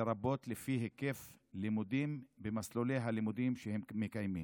לרבות לפי היקף לימודים במסלולי הלימודים שהם מקיימים.